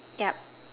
yup